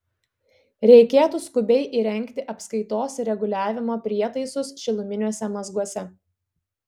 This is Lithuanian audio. reikėtų skubiai įrengti apskaitos ir reguliavimo prietaisus šiluminiuose mazguose